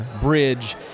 bridge